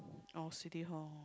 oh City-Hall